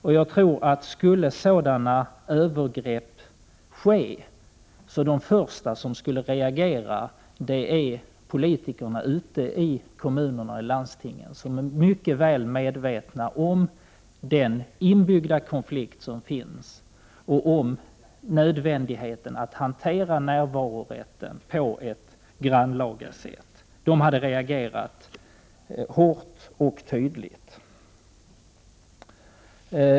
Om sådana övergrepp skulle ske tror jag att de första som skulle reagera vore politikerna ute i kommunerna och landstingen. De är mycket väl medvetna om den inbyggda konflikt som finns och om nödvändigheten av att hantera närvarorätten på ett grannlaga sätt. De skulle reagera hårt och tydligt vid sådana övergrepp.